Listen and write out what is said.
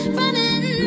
running